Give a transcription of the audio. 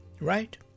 right